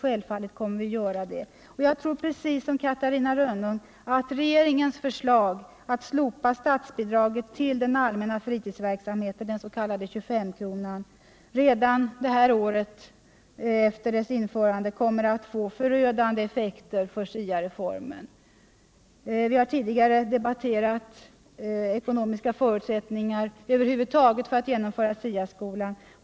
Jag tror precis som Catarina Rönnung att regeringens förslag att slopa statsbidraget till den allmänna fritidsverksamheten, den s.k. 25-kronan, redan det här året kommer att tå förödande effekter för SIA reformen. Vi har tidigare debatterat de ekonomiska förutsättningarna över huvud taget för att kunna genomföra SIA reformen.